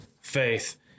faith